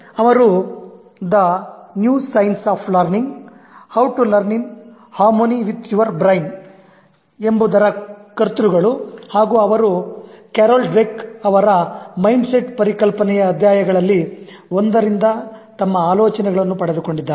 ಅವರು The New Science of Learning How to Learn in Harmony with Your Brain ಎಂಬುದರ ಕರ್ತೃಗಳು ಹಾಗೂ ಅವರು Carol Dweck ಅವರ mindset ಪರಿಕಲ್ಪನೆಯ ಅಧ್ಯಾಯಗಳಲ್ಲಿ ಒಂದರಿಂದ ತಮ್ಮ ಆಲೋಚನೆಗಳನ್ನು ಪಡೆದುಕೊಂಡಿದ್ದಾರೆ